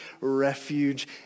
refuge